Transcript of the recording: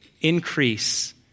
increase